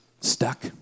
stuck